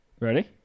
Ready